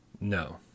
No